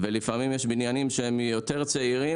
ולפעמים יש בניינים שהם יותר צעירים,